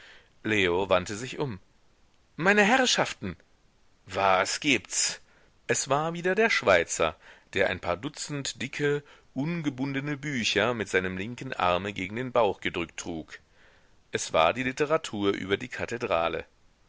leo wandte sich um meine herrschaften was gibts es war wieder der schweizer der ein paar dutzend dicke ungebundene bücher mit seinem linken arme gegen den bauch gedrückt trug es war die literatur über die kathedrale